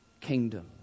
kingdom